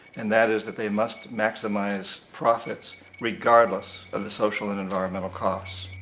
and that is that they must maximize profits regardless of the social and environmental costs.